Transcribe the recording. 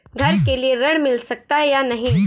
घर के लिए ऋण मिल सकता है या नहीं?